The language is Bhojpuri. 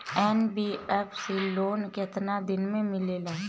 एन.बी.एफ.सी लोन केतना दिन मे मिलेला?